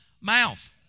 Mouth